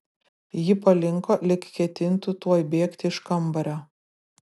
ji palinko lyg ketintų tuoj bėgti iš kambario